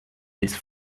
this